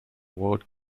world